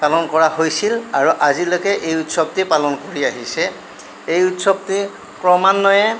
পালন কৰা হৈছিল আৰু আজিলৈকে এই উৎসৱটি পালন কৰি আহিছে এই উৎসৱটি ক্ৰমান্বয়ে